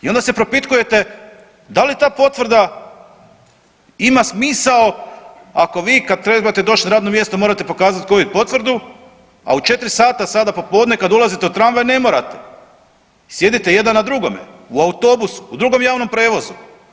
I onda se propitkujete da li ta potvrda ima smisao ako vi kad trebate doći na radno mjesto morate pokazat Covid potvrdu, a u 4 sada popodne kada ulazite u tramvaj ne morate, sjedite jedan na drugome, u autobusu, u drugom javnom prijevozu.